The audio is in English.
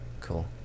Cool